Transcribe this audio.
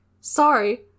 sorry